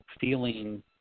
feeling